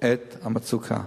את המצוקה.